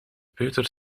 peuter